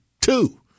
two